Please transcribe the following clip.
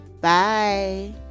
bye